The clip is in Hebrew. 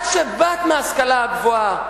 את שבאת מההשכלה הגבוהה,